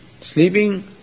sleeping